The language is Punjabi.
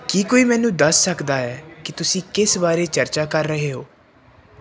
ਕੀ ਕੋਈ ਮੈਨੂੰ ਦੱਸ ਸਕਦਾ ਹੈ ਕਿ ਤੁਸੀਂ ਕਿਸ ਬਾਰੇ ਚਰਚਾ ਕਰ ਰਹੇ ਹੋ